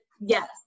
yes